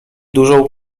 dużą